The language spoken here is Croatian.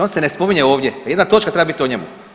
On se ne spominje ovdje, a jedna točka treba biti o njemu.